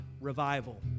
revival